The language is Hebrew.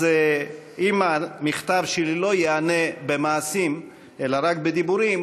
אז אם המכתב שלי לא ייענה במעשים אלא רק בדיבורים,